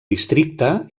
districte